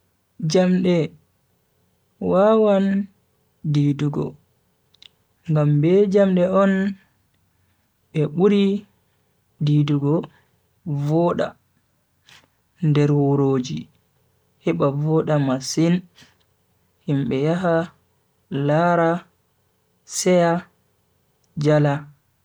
Jamde wawan dii-dugo, ngam be jamde on be buri dii-dugo voda nder wuroji heba voda masin himbe yaha lara seya jala.